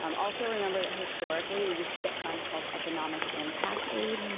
um also remember that historically we used to get funds called economic impact aid.